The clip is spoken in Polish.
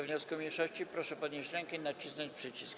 wniosku mniejszości, proszę podnieść rękę i nacisnąć przycisk.